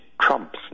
trumps